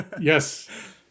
Yes